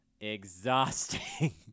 Exhausting